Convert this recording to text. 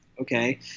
okay